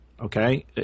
okay